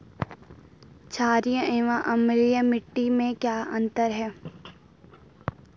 छारीय एवं अम्लीय मिट्टी में क्या अंतर है?